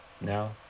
No